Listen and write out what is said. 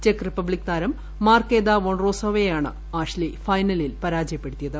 check Republic താരം Marketa വോൺറോസോവയെയാണ് Ashleigh ഫൈനലിൽ പരാജയപ്പെടുത്തിയത്